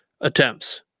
attempts